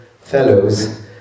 fellows